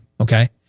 Okay